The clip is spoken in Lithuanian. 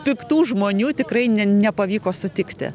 piktų žmonių tikrai ne nepavyko sutikti